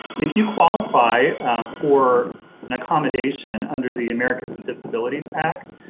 if you qualify for an accommodation under the americans with disabilities act,